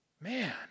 man